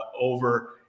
over